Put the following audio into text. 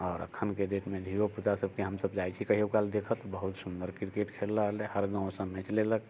आओर एखनके डेटमे धिओ पूता सबके हम सब जाइत छी कहिओ काल देखऽ तऽ बहुत सुन्दर क्रिकेट खेल रहल अइ हर गाँव सबमे खेलयलक